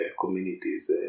communities